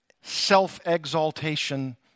self-exaltation